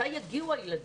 מתי יגיעו הילדים?